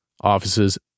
offices